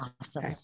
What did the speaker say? Awesome